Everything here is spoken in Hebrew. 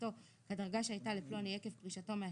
שדרגתו כדרגה שהייתה לפלוני ערב פרישתו מהשירות",